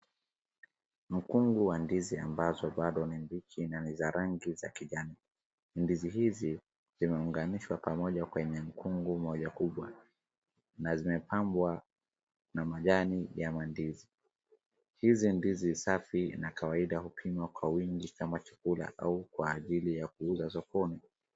Mkungu wa ndizi ambazo bado ni mbichi na ni za rangi ya kijani, ndizi hizi zimeunganishwa pamoja kwenye mkungu moja mkubwa na zimepambwa na majani ya mandizi, hizi ndizi safi na kawaida hupimwa kwa wingi kama chakula au kwa ajili ya kuuzwa sokoni.